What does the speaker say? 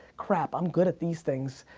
crap, i'm good at these things,